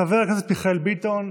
חבר הכנסת מיכאל ביטון,